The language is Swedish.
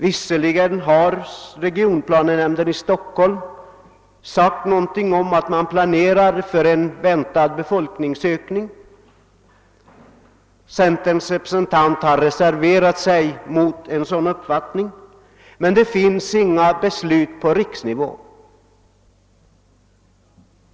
Visserligen har regionplanenämnden i Stockholm sagt någonting om att man planerar för en väntad befolkningsökning — centerns representant har reserverat sig mot en sådan planering men det finns inget beslut på riksnivå om detta.